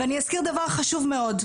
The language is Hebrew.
אני אזכיר דבר חשוב מאוד,